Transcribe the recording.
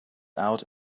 out